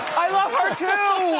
i love her, too. wow,